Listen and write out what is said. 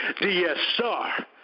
DSR